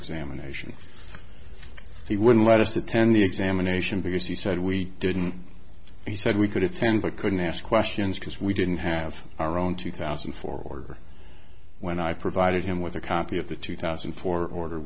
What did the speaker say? examination he wouldn't let us attend the examination because he said we didn't he said we could attend but couldn't ask questions because we didn't have our own two thousand and four when i provided him with a copy of the two thousand and four order